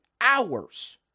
hours